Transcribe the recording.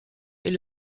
est